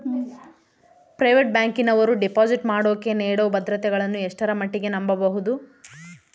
Private ಬ್ಯಾಂಕಿನವರು deposit ಮಾಡೋಕೆ ನೇಡೋ ಭದ್ರತೆಗಳನ್ನು ಎಷ್ಟರ ಮಟ್ಟಿಗೆ ನಂಬಬಹುದು?